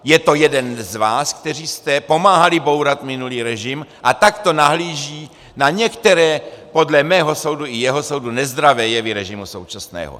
Je to jeden z vás, kteří jste pomáhali bourat minulý režim, a takto nahlíží na některé podle mého soudu i jeho soudu nezdravé jevy režimu současného.